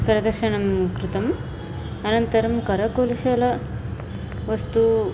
प्रदर्शनं कृतम् अनन्तरं करकुशलवस्तु